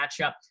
matchup